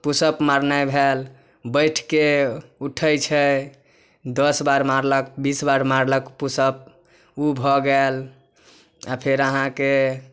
push-up मारनाइ भेल बैठिके उठै छै दस बेर मारलक बीस बेर मारलक पुशअप ओ भऽ गेल आओर फेर अहाँके